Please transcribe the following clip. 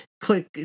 click